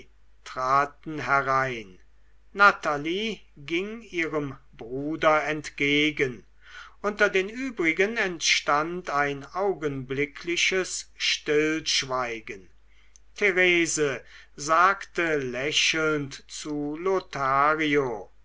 traten herein natalie ging ihrem bruder entgegen unter den übrigen entstand ein augenblickliches stillschweigen therese sagte lächelnd zu lothario